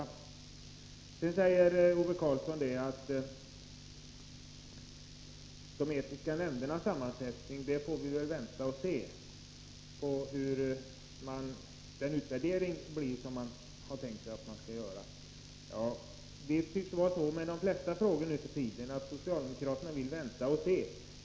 Ove Karlsson säger att beträffande de etiska nämndernas sammansättning får vi väl ändå vänta och se hur den här utvärderingen blir som man har tänkt sig skall göras. Det tycks vara så med de flesta frågor nu för tiden att socialdemokraterna vill vänta och se.